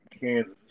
Kansas